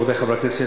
רבותי חברי הכנסת,